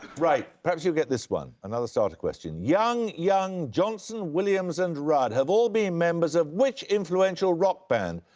right, perhaps you'll get this one. another starter question. young, young, johnson, williams and rudd, have all been members of which influential rock band?